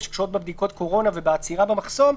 שקשורות בבדיקות קורונה ובעצירה במחסום,